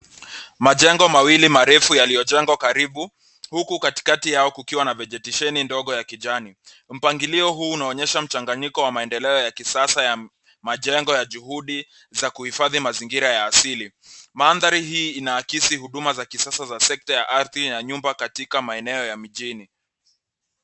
Majengo mawili marefu yaliyojengwa karibu huku katikati yao kukiwa na vejetisheni ndogo ya kijani. Mpangilio huu unaonyesha mchanganyiko wa maendeleo ya kisasa ya majengo ya juhudi za kuhifadhi mazingira ya asili. Mandhari hii inaakisi huduma za kisasa za sekta ya nyumba katika maeneo ya mjini.